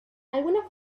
algunas